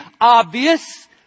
obvious